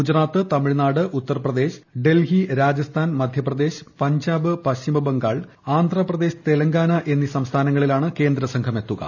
ഗുജറാത്ത് തമിഴ്നാട് ഉത്തർപ്രദേശ് ഡൽഹി രാജസ്ഥാൻ മദ്ധ്യപ്രദേശ് പഞ്ചാബ് പശ്ചിമബംഗാൾ ആന്ധ്രാപ്രദേശ് തെലങ്കാന എന്നീ സംസ്ഥാനങ്ങളിലാണ് കേന്ദ്രസംഘമെത്തുക